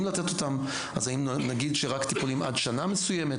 לתת אז האם נגיד שרק טיפולים עד שנה מסוימת?